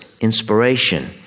inspiration